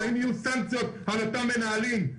בעקבות המסע התקשרותי שעשינו לקראת הבג"ץ פתאום הדברים זזו.